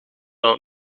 dan